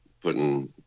putting